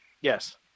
Yes